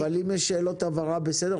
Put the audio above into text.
אבל אם יש שאלות הבהרה, בסדר.